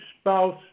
spouse